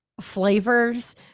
flavors